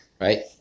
right